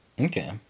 Okay